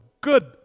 good